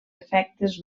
efectes